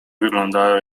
wyglądają